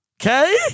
Okay